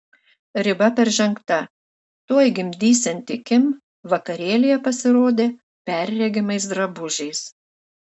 riba peržengta tuoj gimdysianti kim vakarėlyje pasirodė perregimais drabužiais